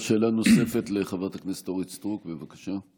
שאלה נוספת, לחברת הכנסת אורית סטרוק, בבקשה.